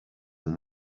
than